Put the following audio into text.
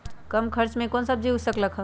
कम खर्च मे कौन सब्जी उग सकल ह?